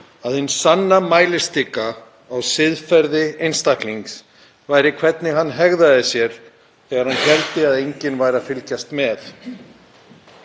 að hin sanna mælistika á siðferði einstaklings væri hvernig hann hegðaði sér þegar hann héldi að enginn væri að fylgjast með.